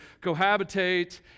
cohabitate